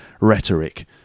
rhetoric